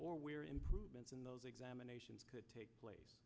or where improvements in those examinations could take place